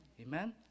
Amen